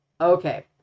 Okay